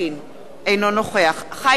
אינו נוכח חיים אמסלם,